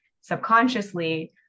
subconsciously